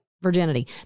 Virginity